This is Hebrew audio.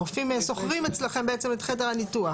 הרופאים שוכרים אצלכם בעצם את חדר הניתוח.